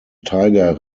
tiger